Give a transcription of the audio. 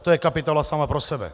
To je kapitola sama pro sebe.